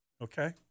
Okay